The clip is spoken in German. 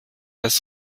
das